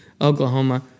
Oklahoma